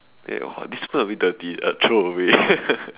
then !wah! this spoon a bit dirty throw away